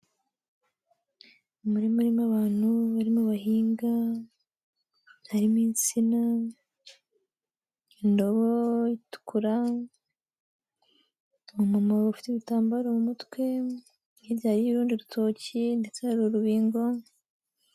Umurima urimo abantu barimo bahinga, harimo insina, indobo itukura, umumama ufite ibitambaro mu mutwe, hirya hariyo urundi rutoki ndetse hari urubingo.